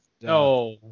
No